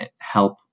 help